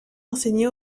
enseigné